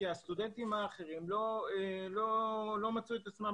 כי הסטודנטים האחרים לא מצאו את עצמם